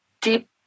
deep